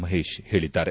ಮಹೇಶ್ ಹೇಳಿದ್ದಾರೆ